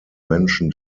menschen